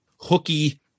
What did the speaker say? hooky